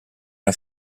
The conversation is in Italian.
era